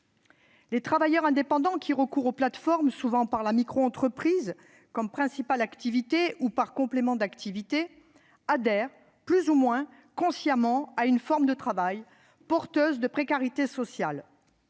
Les travailleurs indépendants qui recourent aux plateformes, souvent par la microentreprise, comme principale activité ou comme complément d'activité, adhèrent, plus ou moins consciemment, à une forme de travail porteuse de précarité sociale.